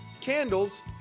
Candles